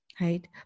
right